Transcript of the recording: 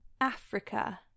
Africa